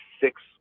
six